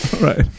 Right